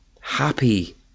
happy